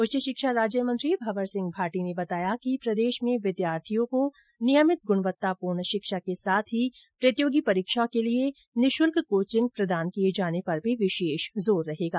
उच्च शिक्षा राज्य मंत्री भंवर सिंह भाटी ने बताया कि प्रदेश में विद्यार्थियों को नियमित गृणवत्तापूर्ण शिक्षा के साथ ही प्रतियोगी परीक्षाओं के लिए निःशुल्क कोचिंग प्रदान किए जाने पर भी विर्शेष जोर रहेगा